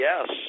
yes